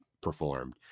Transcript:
performed